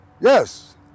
Yes